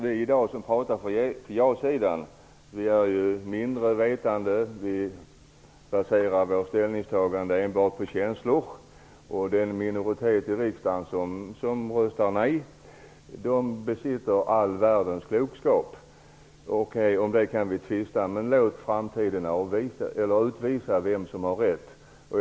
Vi som pratar för ja-sidan i dag är mindre vetande, och vi baserar vårt ställningstagande på känslor. Det har jag förstått. Den minoritet i riksdagen som röstar nej besitter tydligen all världens klokskap. Om detta kan vi tvista. Men låt framtiden utvisa vem som har rätt. Herr talman!